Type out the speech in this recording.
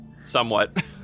Somewhat